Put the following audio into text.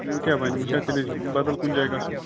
ونۍ کیاہ بَنہِ وۄنۍ چھا تیٚلہِ بَدل کُنہِ جایہِ گژھُن